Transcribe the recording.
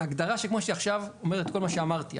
ההגדרה כמו שהיא עכשיו אומרת את כל מה שאמרתי,